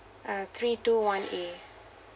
uh three two one A